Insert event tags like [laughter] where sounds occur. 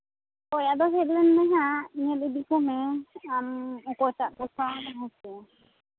ᱦᱳᱭ ᱟᱫᱚ ᱦᱮᱡ ᱞᱮᱱ ᱢᱮ ᱦᱟᱸᱜ ᱧᱮᱞ ᱤᱫᱤ ᱠᱚᱢᱮ ᱟᱢ ᱚᱠᱚᱭᱴᱟᱜ ᱠᱚ [unintelligible]